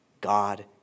God